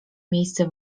miejsce